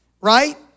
right